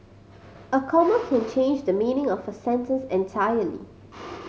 a comma can change the meaning of a sentence entirely